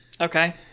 Okay